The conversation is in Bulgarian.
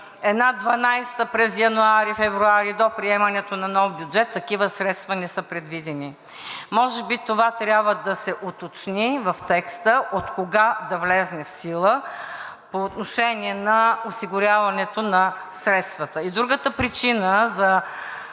през януари, февруари до приемането на нов бюджет, такива средства не са предвидени. Може би това трябва да се уточни в текста откога да влезе в сила по отношение на осигуряването на средствата. И другата причина за